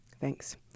Thanks